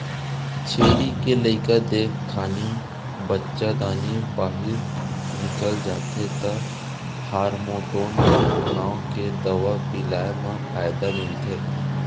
छेरी के लइका देय खानी बच्चादानी बाहिर निकल जाथे त हारमोटोन नांव के दवा पिलाए म फायदा मिलथे